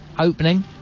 opening